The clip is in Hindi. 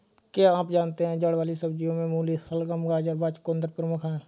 क्या आप जानते है जड़ वाली सब्जियों में मूली, शलगम, गाजर व चकुंदर प्रमुख है?